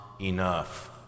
enough